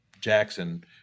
Jackson